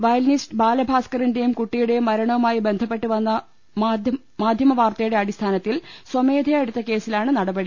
violinist ബാലഭാസ്ക്കറിന്റേയും കുട്ടിയുടേയും മരണവുമായി ബന്ധപ്പെട്ട് വന്ന മാധ്യമ വാർത്തയുടെ അടിസ്ഥാനത്തിൽ സ്വമേധയാ എടുത്ത കേസിലാണ് നടപടി